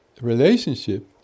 relationship